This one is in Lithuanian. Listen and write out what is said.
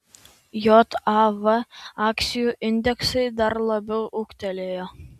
jav akcijų indeksai dar labiau ūgtelėjo